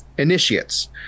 initiates